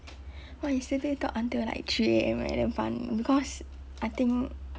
!wah! he 随便 talk until like three A_M eh damn fun because I think